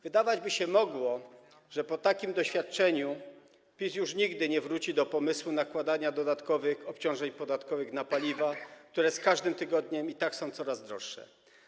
Wydawać by się mogło, że po takim doświadczeniu PiS już nigdy nie wróci do pomysłu nakładania dodatkowych obciążeń podatkowych na paliwa, które z każdym tygodniem i tak są coraz droższe.